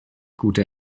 gute